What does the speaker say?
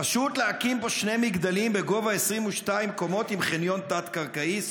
פשוט להקים פה שני מגדלים בגובה 22 קומות עם חניון תת-קרקעי.